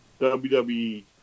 WWE